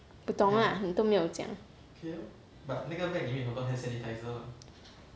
不懂 lah 你都没有讲